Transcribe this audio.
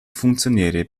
funktionäre